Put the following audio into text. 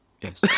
Yes